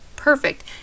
perfect